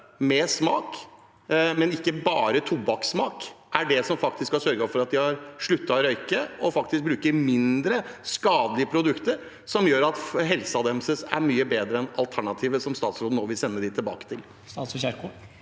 med smak, men ikke bare tobakkssmak, er det som faktisk har sørget for at de har sluttet å røyke og faktisk bruker mindre skadelige produkter – som gjør at helsen deres er mye bedre – enn alternativet, som statsråden nå vil sende dem tilbake til?